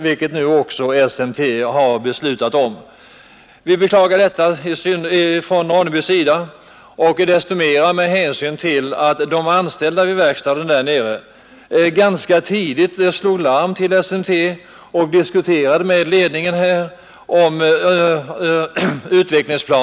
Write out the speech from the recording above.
Vi beklagar detta inom Ronneby desto mera med hänsyn till att de anställda vid verkstaden där nere ganska tidigt slog larm hos SMT och diskuterade utvecklingsplanerna med företagsledningen.